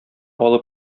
алып